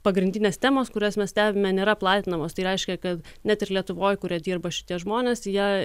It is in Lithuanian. pagrindinės temos kurias mes stebime nėra platinamos tai reiškia kad net ir lietuvoj kurie dirba šitie žmonės jie